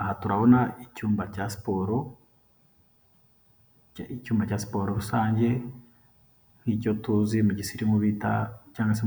Aha turabona icyumba cya siporo, icyuma cya siporo rusange nk'icyo tuzi mu gisirimu bita cyangwa se